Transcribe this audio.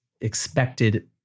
expected